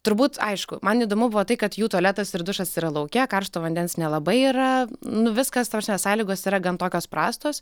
turbūt aišku man įdomu buvo tai kad jų tualetas ir dušas yra lauke karšto vandens nelabai yra nu viskas ta prasme sąlygos yra gan tokios prastos